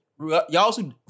y'all